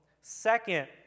Second